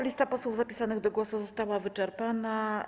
Lista posłów zapisanych do głosu została wyczerpana.